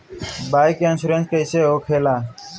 Bike insurance कैसे होखे ला?